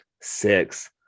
six